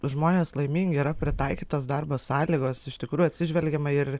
žmonės laimingi yra pritaikytos darbo sąlygos iš tikrųjų atsižvelgiama ir